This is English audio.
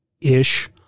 ish